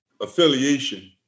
affiliation